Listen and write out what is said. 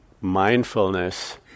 mindfulness